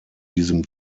diesem